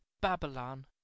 Babylon